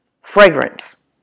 fragrance